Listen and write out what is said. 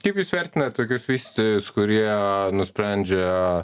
kaip jūs vertinate tokius vystytojus kurie nusprendžia